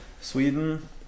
Sweden